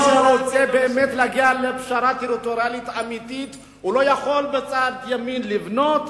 מי שרוצה באמת להגיע לפשרה טריטוריאלית אמיתית לא יכול בצד ימין לבנות